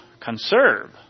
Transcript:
conserve